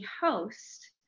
host